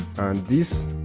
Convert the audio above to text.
this.